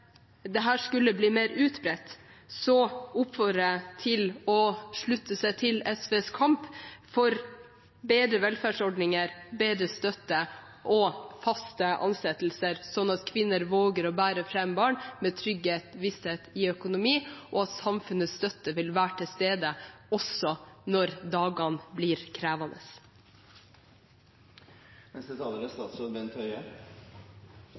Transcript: skulle bli mer utbredt, oppfordrer jeg til å slutte seg til SVs kamp for bedre velferdsordninger, bedre støtte og faste ansettelser, slik at kvinner våger å bære fram barn med trygghet og visshet i økonomien og for at samfunnets støtte vil være til stede også når dagene blir krevende. Spørsmålet om hvorvidt abortloven åpner for fosterreduksjon, er